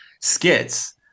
skits